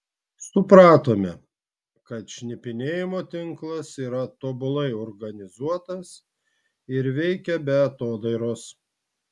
supratome kad šnipinėjimo tinklas yra tobulai organizuotas ir veikia be atodairos